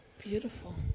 beautiful